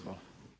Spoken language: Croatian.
Hvala.